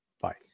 Bye